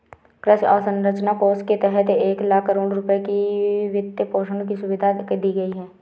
कृषि अवसंरचना कोष के तहत एक लाख करोड़ रुपए की वित्तपोषण की सुविधा दी गई है